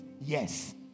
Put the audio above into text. Yes